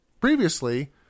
Previously